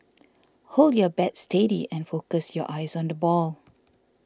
hold your bat steady and focus your eyes on the ball